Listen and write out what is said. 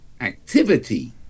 activity